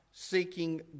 seeking